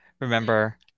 remember